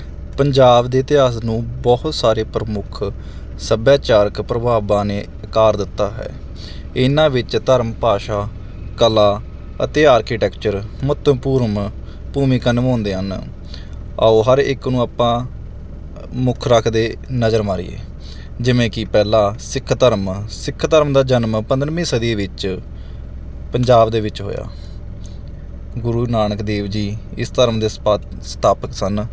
ਪੰਜਾਬ ਦੇ ਇਤਿਹਾਸ ਨੂੰ ਬਹੁਤ ਸਾਰੇ ਪ੍ਰਮੁੱਖ ਸੱਭਿਆਚਾਰਕ ਪ੍ਰਭਾਵਾਂ ਨੇ ਆਕਾਰ ਦਿੱਤਾ ਹੈ ਇਹਨਾਂ ਵਿੱਚ ਧਰਮ ਭਾਸ਼ਾ ਕਲਾ ਅਤੇ ਆਰਕੀਟੈਕਚਰ ਮਹੱਤਵਪੂਰਨ ਭੂਮਿਕਾ ਨਿਭਾਉਂਦੇ ਹਨ ਆਓ ਹਰ ਇੱਕ ਨੂੰ ਆਪਾਂ ਮੁੱਖ ਰੱਖਦੇ ਨਜ਼ਰ ਮਾਰੀਏ ਜਿਵੇਂ ਕਿ ਪਹਿਲਾਂ ਸਿੱਖ ਧਰਮ ਸਿੱਖ ਧਰਮ ਦਾ ਜਨਮ ਪੰਦਰ੍ਹਵੀਂ ਸਦੀ ਵਿੱਚ ਪੰਜਾਬ ਦੇ ਵਿੱਚ ਹੋਇਆ ਗੁਰੂ ਨਾਨਕ ਦੇਵ ਜੀ ਇਸ ਧਰਮ ਦੇ ਸਪਾਤ ਸੰਸਥਾਪਕ ਸਨ